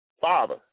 father